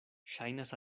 ŝajnas